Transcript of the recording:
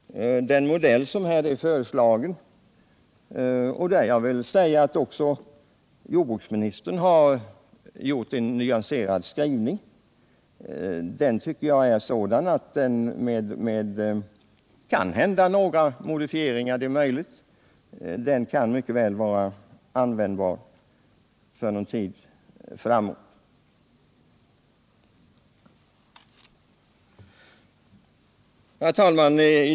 Den modell som här har föreslagits — jag tycker därtill att jordbruksministerns skrivning på den punkten är nyanserad — är sådan att den, eventuellt med några modifieringar, mycket väl kan vara användbar för tid framöver. Herr talman!